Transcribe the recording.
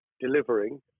delivering